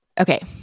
Okay